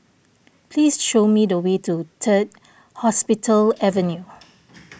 please show me the way to Third Hospital Avenue